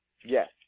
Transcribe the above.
Yes